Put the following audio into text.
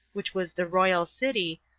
which was the royal city,